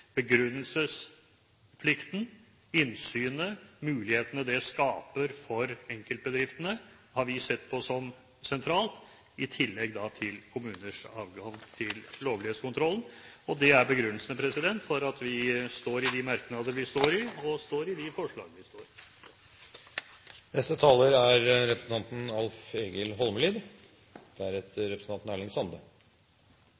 Begrunnelsesplikten, innsynet – mulighetene det skaper for enkeltbedriftene – har vi sett på som sentralt, i tillegg til kommuners adgang til lovlighetskontroll. Det er begrunnelsene for at vi står i de merknader vi står i, og står i de forslagene vi står